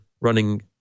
running